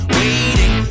waiting